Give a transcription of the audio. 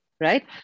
right